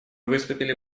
выступили